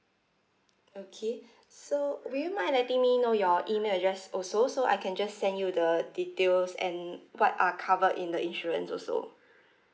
okay so would you mind letting me know your email address also so I can just send you the details and what are covered in the insurance also